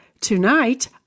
Tonight